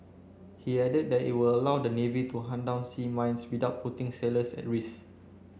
he added that it will allow the navy to hunt down sea mines without putting sailors at risk